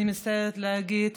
אני מצטערת להגיד,